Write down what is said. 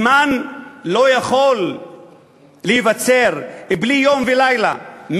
זמן לא יכול להיווצר בלי יום ולילה,